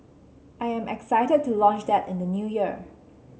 I am excited to launch that in the New Year